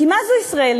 כי מה זו ישראליות?